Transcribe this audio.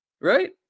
Right